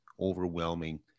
overwhelming